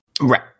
Right